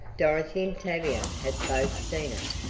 dorothy and tavia had both seen it.